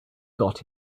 got